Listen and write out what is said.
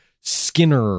Skinner